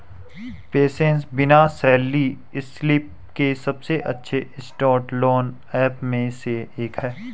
PaySense बिना salary slip के सबसे अच्छे इंस्टेंट लोन ऐप में से एक है